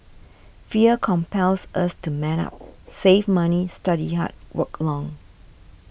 fear compels us to man up save money study hard work long